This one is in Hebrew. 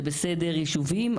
זה בסדר יישובים,